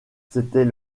c’était